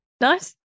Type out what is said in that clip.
nice